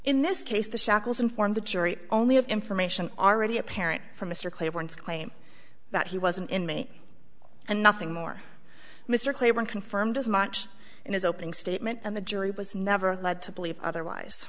in this case the shackles inform the jury only of information already apparent from mr claiborne claim that he wasn't in me and nothing more mr claiborne confirmed as much in his opening statement and the jury was never led to believe otherwise